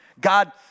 God